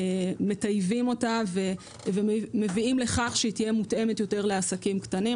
מטייבים אותה ומביאים לכך שהיא תהיה מותאמת יותר לעסקים קטנים.